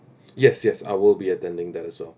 yes yes I will be attending that as well